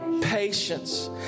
Patience